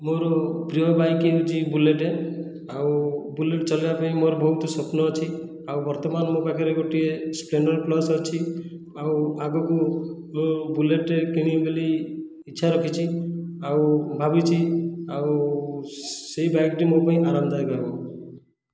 ମୋର ପ୍ରିୟ ବାଇକ ହେଉଛି ବୁଲେଟ ଆଉ ବୁଲେଟ ଚଲାଇବା ପାଇଁ ମୋର ବହୁତ ସ୍ୱପ୍ନ ଅଛି ଆଉ ବର୍ତ୍ତମାନ ମୋ ପାଖରେ ଗୋଟିଏ ସ୍ପ୍ଲେଣ୍ଡର ପ୍ଲୁସ ଅଛି ଆଉ ଆଗକୁ ମୁଁ ବୁଲେଟ କିଣିବି ବୋଲି ଇଚ୍ଛା ରଖିଛି ଆଉ ଭାବିଛି ଆଉ ସେହି ବାଇକଟି ମୋ ପାଇଁ ଆରାମଦାୟକ ହେବ